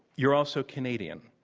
you're also canadian.